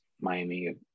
Miami